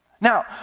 Now